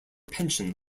pension